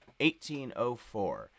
1804